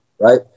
right